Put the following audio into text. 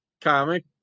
comic